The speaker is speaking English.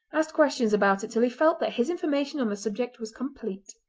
asked questions about it till he felt that his information on the subject was complete.